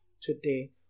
today